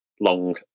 long